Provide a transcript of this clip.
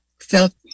felt